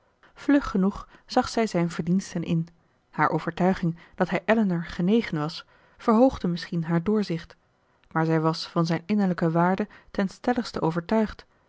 vlug genoeg zag zij zijn verdiensten in haar overtuiging dat hij elinor genegen was verhoogde misschien haar doorzicht maar zij was van zijn innerlijke waarde ten stelligste overtuigd